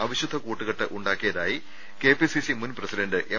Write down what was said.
അവിശുദ്ധ കൂട്ടുകെട്ട് ഉണ്ടാക്കിയതായി K P C C മുൻ പ്രസിഡന്റ് എം